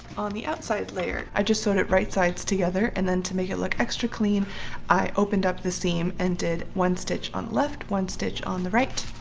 on the outside layer. i just sewed it right sides together and then to make it look extra clean i opened up the seam and did one stitch on the left one stitch on the right